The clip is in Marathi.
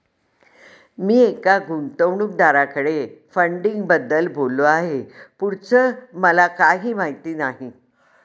मी एका गुंतवणूकदाराकडे फंडिंगबद्दल बोललो आहे, पुढचं मला काही माहित नाही